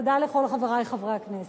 תודה לכל חברי חברי הכנסת.